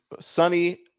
sunny